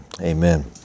Amen